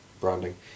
branding